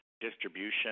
distribution